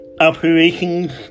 operations